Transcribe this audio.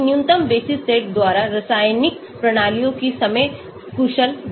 एक न्यूनतम basis set द्वारा रासायनिक प्रणालियों की समय कुशल गणना